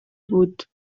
بود